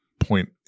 point